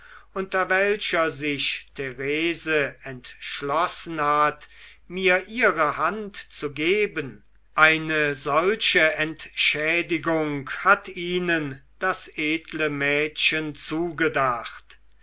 unter welcher sich therese entschlossen hat mir ihre hand zu geben eine solche entschädigung hat ihnen das edle mädchen zugedacht